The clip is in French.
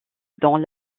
dans